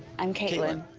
i'm caitlin